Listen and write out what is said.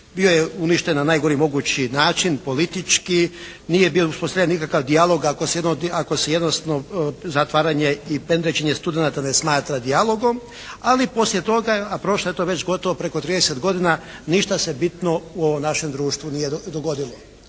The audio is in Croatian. Bio je uništen na najgori mogući način politički, nije bi uspostavljen nikakav dijalog ako se … zatvaranje i pendrečenje studenata ne smatra dijalogom, ali poslije toga, a prošlo je eto već gotovo preko 30 godina, ništa se bitno u ovom našem društvu nije dogodilo.